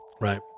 Right